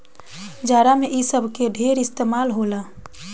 जाड़ा मे इ सब के ढेरे इस्तमाल होला